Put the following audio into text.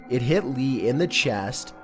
it hit lee in the chest,